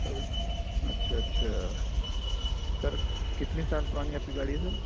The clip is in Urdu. سروس اچھا اچھا سر کتنے سال پرانی آپ کی گاڑی ہے سر